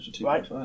right